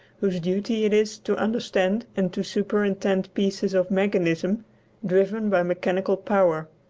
whose duty it is to understand and to superintend pieces of mechanism driven by mechanical power.